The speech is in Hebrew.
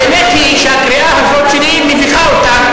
האמת היא שהקריאה הזאת שלי מביכה אותם,